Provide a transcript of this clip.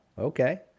Okay